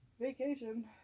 vacation